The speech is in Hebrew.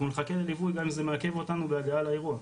אנחנו נחכה לליווי גם אם זה מעכב אותנו בהגעה לאירוע,